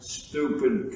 stupid